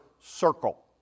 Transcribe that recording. circle